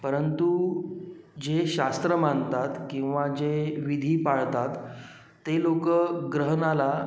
परंतु जे शास्त्र मानतात किंवा जे विधी पाळतात ते लोक ग्रहणाला